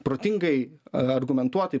protingai argumentuotai